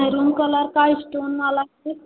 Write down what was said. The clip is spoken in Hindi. मरून कलर का स्टोन वाला है